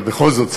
אבל בכל זאת,